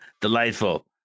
delightful